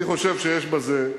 אני חושב שיש בזה,